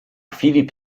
filip